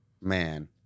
man